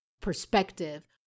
perspective